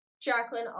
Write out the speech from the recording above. Jacqueline